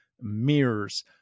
mirrors